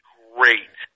great